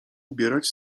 ubierać